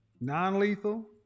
non-lethal